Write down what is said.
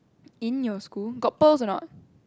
in your school got pearls or not